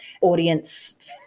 audience